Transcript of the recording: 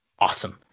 Awesome